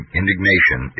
indignation